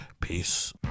peace